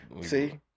See